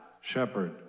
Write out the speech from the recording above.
shepherd